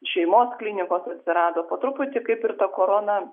šeimos klinikos atsirado po truputį kaip ir ta korona